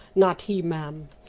not he, ma'am.